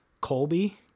Colby